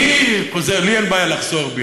לי אין בעיה לחזור בי,